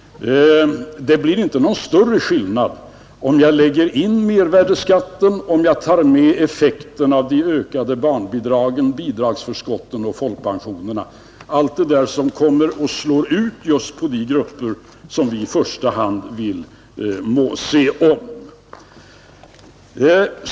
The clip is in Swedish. Det blir inte någon större skillnad om jag lägger in mervärdeskatten och om jag tar med effekten av de ökade barnbidragen, bidragsförskotten och folkpensionerna — allt detta som kommer att slå ut just på de grupper som vi i första hand vill se om.